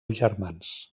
germans